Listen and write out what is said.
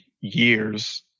years